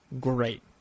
great